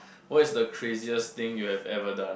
what is the craziest thing you have ever done